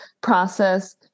process